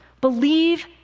Believe